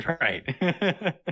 Right